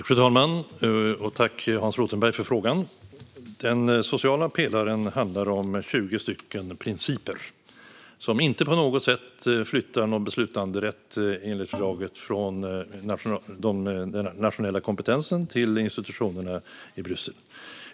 Fru talman! Tack, Hans Rothenberg, för frågan! Den sociala pelaren handlar om 20 principer som inte på något sätt flyttar någon beslutanderätt enligt fördraget från den nationella kompetensen till institutionerna i Bryssel.